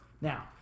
Now